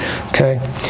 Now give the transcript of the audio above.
Okay